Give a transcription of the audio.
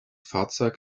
fahrzeug